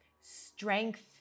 strength